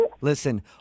Listen